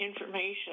information